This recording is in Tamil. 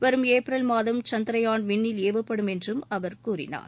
வரும் ஏப்ரல் மாதம் சந்திராயான் விண்ணில் ஏவப்படும் என்றும் அவர் கூறினார்